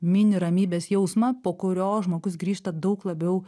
mini ramybės jausmą po kurio žmogus grįžta daug labiau